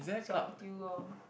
siam diu lor